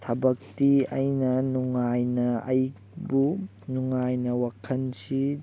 ꯊꯕꯛꯇꯤ ꯑꯩꯅ ꯅꯨꯡꯉꯥꯏꯅ ꯑꯩꯕꯨ ꯅꯨꯡꯉꯥꯏꯅ ꯋꯥꯈꯜꯁꯤ